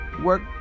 work